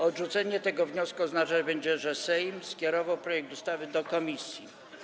Odrzucenie tego wniosku oznaczać będzie, że Sejm skierował projekt ustawy do komisji.